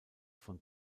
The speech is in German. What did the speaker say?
von